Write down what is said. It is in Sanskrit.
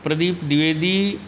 प्रदीपद्विवेदी